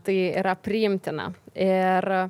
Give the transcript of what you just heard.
tai yra priimtina ir